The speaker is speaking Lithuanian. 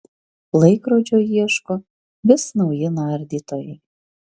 laikrodžio ieško vis nauji nardytojai